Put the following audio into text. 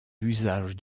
l’usage